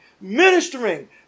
ministering